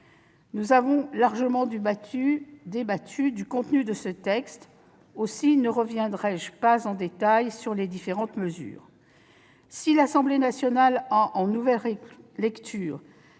Nous avons largement débattu du contenu de ce texte. Aussi ne reviendrai-je pas en détail sur les différentes mesures que comporte celui-ci. Si l'Assemblée nationale a, en nouvelle lecture,